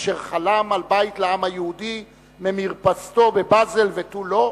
אשר חלם על בית לעם היהודי ממרפסתו בבאזל, ותו לא?